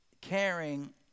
Caring